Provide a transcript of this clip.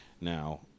now